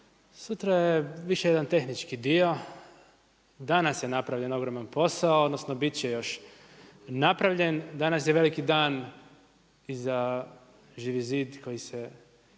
sutra je više jedan tehnički dio. Danas je napravljen ogroman posao, odnosno, biti će još napravljen. Danas je veliki dan za Živi zid koji se,